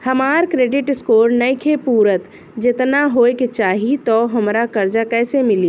हमार credit score नईखे पूरत जेतना होए के चाही त हमरा कर्जा कैसे मिली?